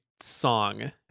song